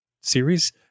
series